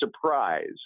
surprise